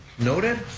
noted.